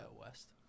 west